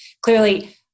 Clearly